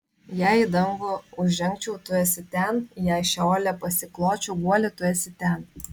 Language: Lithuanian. jei į dangų užžengčiau tu esi ten jei šeole pasikločiau guolį tu esi ten